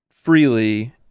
freely